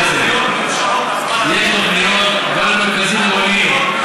חברי חבר הכנסת, יש תוכניות גם למרכזים עירוניים.